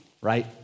right